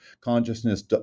consciousness